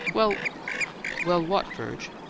well well what, virg?